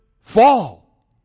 fall